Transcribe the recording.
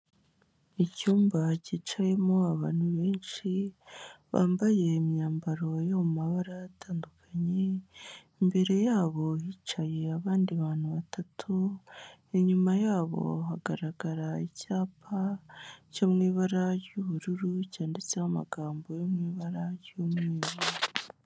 Icyumba cyicayemo abantu benshi bambaye imyambaro yo mu mabara atandukanye, imbere yabo hicaye abandi bantu batatu, inyuma yabo hagaragara icyapa cyo mu ibara ry'ubururu cyanditseho amagambo yo mu ibara ry'umweru.